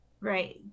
right